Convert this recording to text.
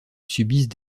subissent